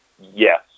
yes